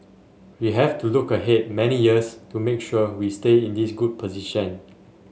we have to look ahead many years to make sure we stay in this good position